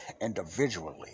individually